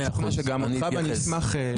אני אשאל אותה.